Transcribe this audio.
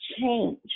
change